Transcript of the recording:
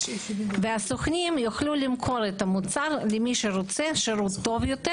והסוכנים יוכלו למכור את המוצר למי שרוצה בשירות טוב יותר